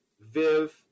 Viv